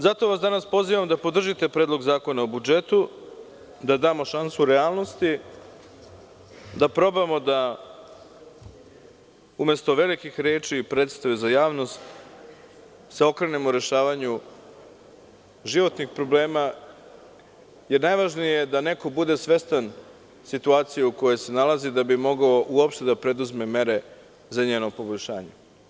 Zato vas danas pozivam da podržite Predlog zakona o budžetu, da damo šansu realnosti, da probamo da umesto velikih reči i predstave za javnost se okrenemo rešavanju životnih problema, jer najvažnije je da neko bude svestan situacije u kojoj se nalazi, da bi mogao uopšte da preduzme mere za njeno poboljšanje.